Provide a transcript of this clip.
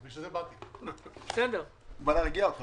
לפחות משרד אחד מכבד את הוועדה ומגיע.